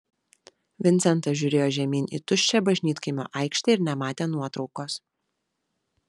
vincentas žiūrėjo žemyn į tuščią bažnytkaimio aikštę ir nematė nuotraukos